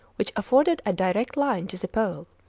which afforded a direct line to the pole.